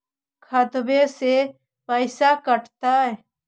खतबे से पैसबा कटतय?